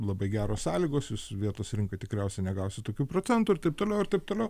labai geros sąlygos jūs vietos rinkoj tikriausiai negausit tokių procentų ir taip toliau ir taip toliau